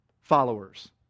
followers